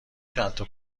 چندتا